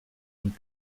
und